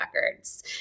records